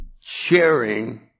sharing